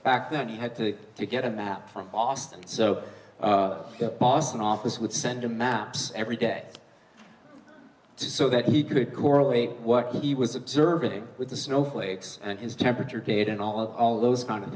back then you had to get a map from austin so that boston office would send a maps every day so that he could correlate what he was observing with the snowflakes and his temperature gauge and all of those kind of